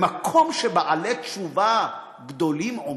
במקום שבעלי תשובה גדולים עומדים,